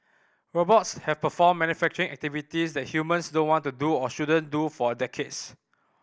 robots have performed manufacturing activities that humans don't want to do or shouldn't do for decades